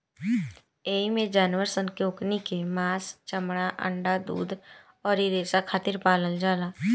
एइमे जानवर सन के ओकनी के मांस, चमड़ा, अंडा, दूध अउरी रेसा खातिर पालल जाला